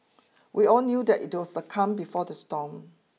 we all knew that it was the calm before the storm